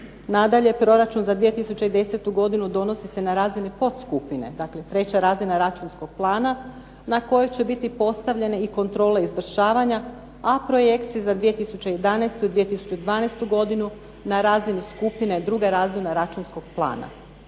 Nadalje, proračun za 2010. godinu donosi se na razini podskupine znači treća razina računskog plana na koji će biti postavljene i kontrole izvršavanja a projekciju za 2011. i 2012. godinu na razini skupine druge razine računskog plana.